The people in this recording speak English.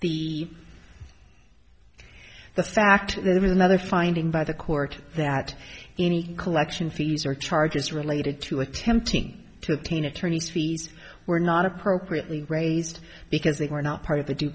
the the fact there was another finding by the court that any collection fees or charges related to attempting to obtain attorney's fees were not appropriately raised because they were not part of